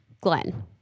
Glenn